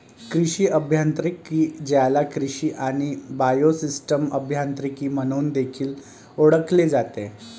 कृषी अभियांत्रिकी, ज्याला कृषी आणि बायोसिस्टम अभियांत्रिकी म्हणून देखील ओळखले जाते